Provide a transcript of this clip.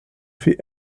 fait